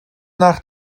nach